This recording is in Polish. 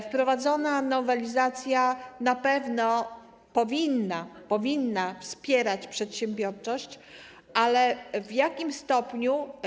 Wprowadzona nowelizacja na pewno powinna wspierać przedsiębiorczość, ale w jakim stopniu?